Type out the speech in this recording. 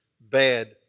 bad